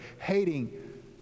hating